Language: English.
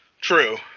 true